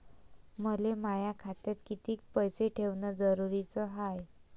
मले माया खात्यात कितीक पैसे ठेवण जरुरीच हाय?